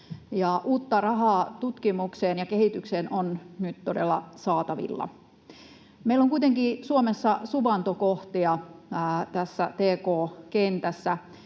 uutta rahaa tutkimukseen ja kehitykseen on nyt todella saatavilla. Meillä on kuitenkin Suomessa suvantokohtia tässä tk-kentässä,